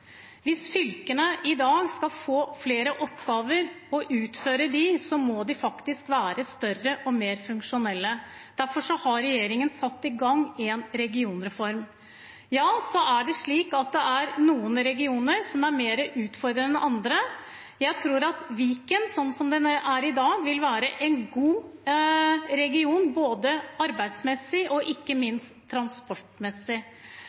Hvis fylkene i dag skal få flere oppgaver og utføre dem, må de være større og mer funksjonelle. Derfor har regjeringen satt i gang en regionreform. Ja, så er det slik at det er noen regioner som er mer utfordrende enn andre. Jeg tror at Viken, slik som den er i dag, vil være en god region både arbeidsmessig og ikke